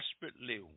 desperately